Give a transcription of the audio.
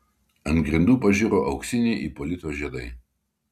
ant grindų pažiro auksiniai ipolito žiedai